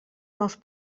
nous